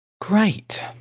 great